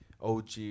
OG